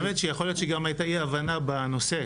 האמת שיכול להיות שגם הייתה אי הבנה בנושא.